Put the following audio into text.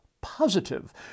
positive